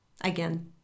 Again